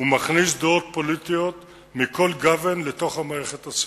ומכניס דעות פוליטיות מכל גוון לתוך המערכת הצבאית.